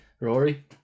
Rory